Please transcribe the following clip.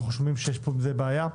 לדעתנו, יש עם זה בעיה.